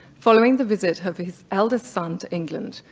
following the visit of his eldest son to england.